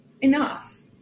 Enough